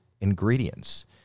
ingredients